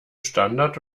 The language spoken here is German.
standard